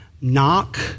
knock